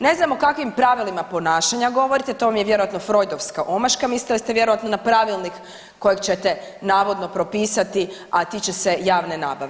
Ne znam o kakvim pravilima ponašanja govorite, to vam je vjerojatno Freudovska omaška, mislili ste vjerojatno na Pravilnik kojeg ćete navodno propisati, a tiče se javne nabave.